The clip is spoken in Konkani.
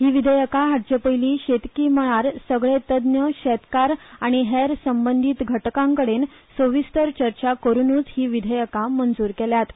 ही विधेयकां हाडचे पयलीं शेतकी मळार सगले तज्ञ शेतकार आनी हेर संबंदीत घटकां कडेन सविस्तर चर्चा करुनूच ही विधेयकां मंजूर केल्यात